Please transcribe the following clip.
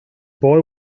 boy